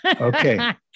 Okay